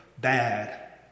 bad